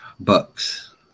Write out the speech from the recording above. bucks